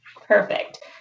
Perfect